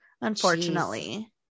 unfortunately